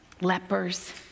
lepers